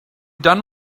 done